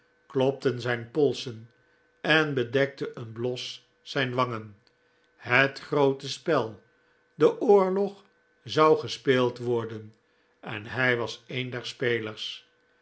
klopten zijn polsen en bedekte een bios zijn wangen het groote spel de oorlog zou gespeeld worden en hij was een der spelers